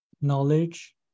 knowledge